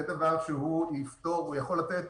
זה דבר שיפתור ויכול לתת